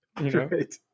Right